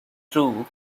threw